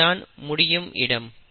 அது தான் முடியும் இடம்